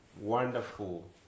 wonderful